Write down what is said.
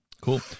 Cool